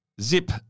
Zip